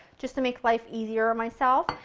just to make life easier on myself,